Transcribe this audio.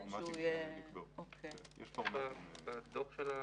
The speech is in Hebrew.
מתי אתם מתכננים לעשות את זה, להשיק?